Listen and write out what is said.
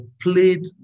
played